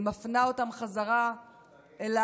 אני מפנה אותן חזרה אליו,